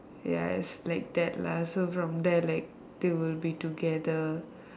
ya is like lah so from there they will be together